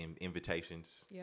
invitations